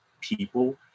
people